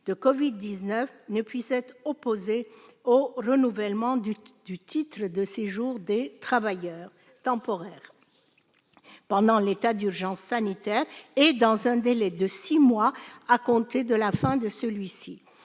de Covid-19 ne puisse être opposée au renouvellement du titre de séjour des travailleurs temporaires pendant l'état d'urgence sanitaire, et dans un délai de six mois à compter de la fin de celui-ci.